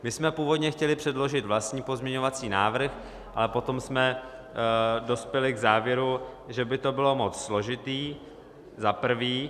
My jsme původně chtěli předložit vlastní pozměňovací návrh, ale potom jsme dospěli k závěru, že by to bylo moc složité za prvé.